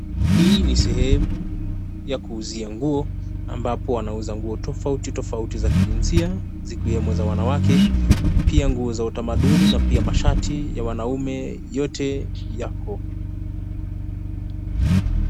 Hii ni sehemu ya kuuzia nguo ambapo wanauza nguo tofauti tofauti za kijinsia zikiwemo za wanawake pia nguo za utamaduni na pia mashati ya wanaume yote yako.